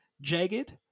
jagged